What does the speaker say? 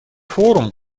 форум